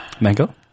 Mango